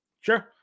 Sure